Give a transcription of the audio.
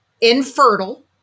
infertile